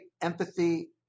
empathy